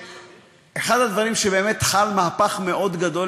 אחד הדברים שבאמת חל בהם מהפך מאוד גדול,